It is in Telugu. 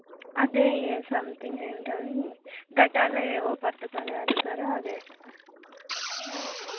అదే ఏ సంతింగ్ ఏంటవి గటాల ఏవో పట్టుకోని అడుగుతారు అవే